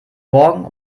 morgen